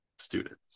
students